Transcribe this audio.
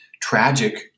tragic